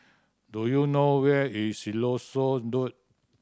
do you know where is Siloso Road